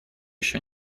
еще